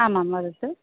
आमाम् वदतु